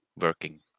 working